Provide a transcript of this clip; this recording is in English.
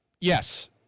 yes